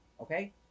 okay